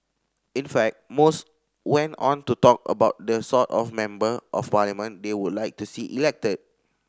in fact most went on to talk about the sort of Member of Parliament they would like to see elected